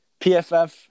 PFF